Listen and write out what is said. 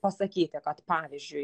pasakyti kad pavyzdžiui